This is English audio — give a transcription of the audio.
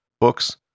books